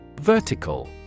Vertical